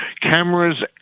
cameras